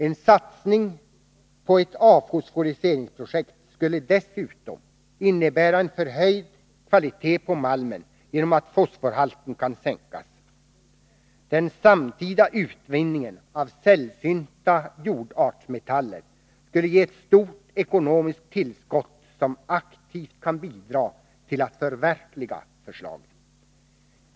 En satsning på ett avfosforiseringsprojekt skulle dessutom innebära en förhöjd kvalitet på malmen genom att fosforhalten kan sänkas. Den samtida utvinningen av sällsynta jordartsmetaller skulle ge ett stort ekonomiskt tillskott som aktivt kan bidra till att förverkliga förslagen.